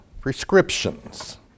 Prescriptions